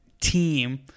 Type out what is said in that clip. team